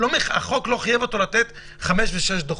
החוק לא חייב אותו לתת חמישה או שישה דוחות.